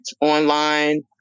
online